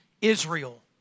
Israel